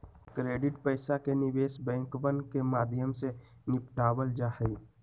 credit पैसा के निवेश बैंकवन के माध्यम से निपटावल जाहई